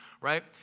Right